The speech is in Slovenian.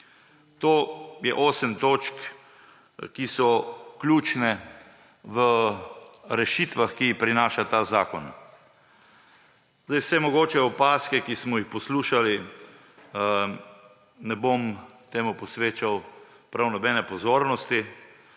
To je osem točk, ki so ključne v rešitvah, ki jih prinaša ta zakon. Vse mogoče opazke, ki smo jih poslušali, ne bom temu posvečal prav nobene pozornosti.